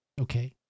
Okay